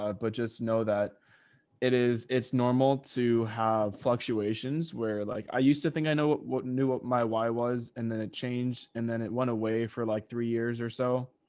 ah but just know that it is it's normal to have fluctuations where, like i used to think, i know what knew what my, why was, and then it changed and then it went away for like three years or so.